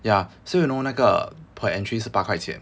ya so you know 那个 per entry 是八块钱